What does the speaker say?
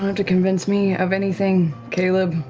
um to convince me of anything, caleb.